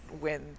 win